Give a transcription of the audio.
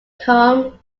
become